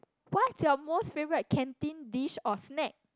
what's your most favourite canteen dish or snack